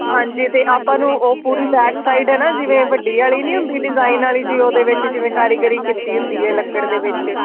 ਹਾਂਜੀ ਅਤੇ ਆਪਾਂ ਨੂੰ ਉਹ ਪੂਰੀ ਬੈਕ ਸਾਈਡ ਹੈ ਨਾ ਜਿਵੇਂ ਵੱਡੀ ਵਾਲੀ ਨਹੀਂ ਹੁੰਦੀ ਡਿਜ਼ਾਇਨ ਵਾਲੀ ਜੀ ਉਹਦੇ ਵਿੱਚ ਜਿਵੇਂ ਕਾਰੀਗਿਰੀ ਕੀਤੀ ਹੁੰਦੀ ਹੈ ਲੱਕੜ ਦੇ ਵਿੱਚ